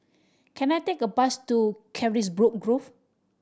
can I take a bus to Carisbrooke Grove